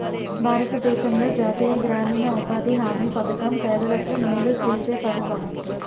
భారతదేశంలో జాతీయ గ్రామీణ ఉపాధి హామీ పధకం పేదలకు మేలు సేసే పధకము